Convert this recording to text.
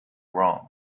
wrong